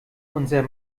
unser